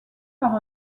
par